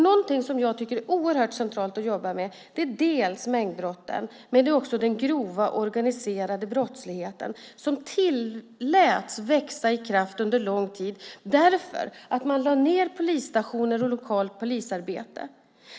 Någonting som jag tycker är oerhört centralt att jobba med är mängdbrotten, men det är också centralt att jobba med den grova organiserade brottsligheten, som tilläts växa under lång tid därför att man lade ned polisstationer och lokalt polisarbete.